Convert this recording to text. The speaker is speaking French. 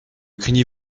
craignez